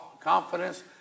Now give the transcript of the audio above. confidence